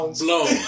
Blow